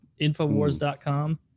Infowars.com